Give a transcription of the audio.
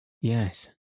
Yes